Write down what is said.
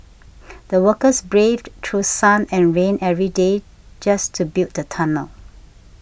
the workers braved through sun and rain every day just to build the tunnel